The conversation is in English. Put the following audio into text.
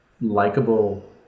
likeable